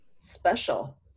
special